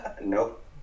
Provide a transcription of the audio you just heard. Nope